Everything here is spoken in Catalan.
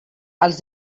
els